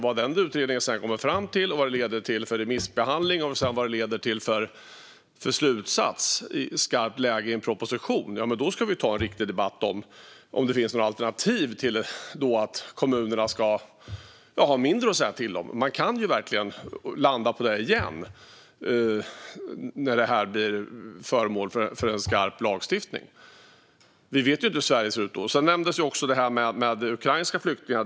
Vad utredningen sedan kommer fram till, vilken remissbehandling detta leder till och vilken slutsats det sedan blir i skarpt läge i en proposition - när vi vet det ska vi ta en riktig debatt och se om det finns något alternativ. Kanske ska kommunerna ha mindre att säga till om. Man kan verkligen landa i det igen när det här blir föremål för en skarp lagstiftning. Vi vet ju inte hur Sverige ser ut då. Sedan nämndes också de ukrainska flyktingarna.